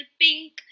pink